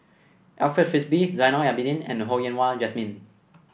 Alfred Frisby Zainal Abidin and Ho Yen Wah Jesmine